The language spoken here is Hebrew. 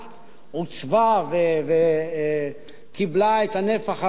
עוצבה וקיבלה את הנפח הראוי,